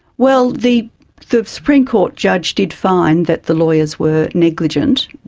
well, the the supreme court judge did find that the lawyers were negligent.